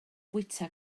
fwyta